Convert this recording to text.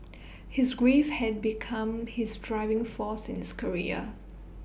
his grief had become his driving force in his career